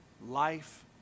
life